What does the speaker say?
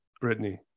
Brittany